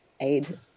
aid